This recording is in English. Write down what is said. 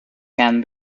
can